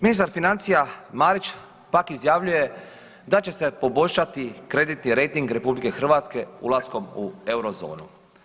Ministar financija Marić pak izjavljuje da će se poboljšati kreditni rejting RH ulaskom u Eurozonu.